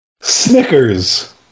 Snickers